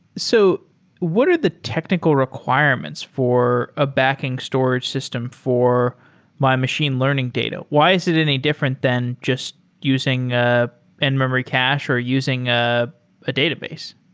so what are the technical requirements for a backing storage system for my machine learning data? why is it any different than just using ah in-memory cash or using ah a database?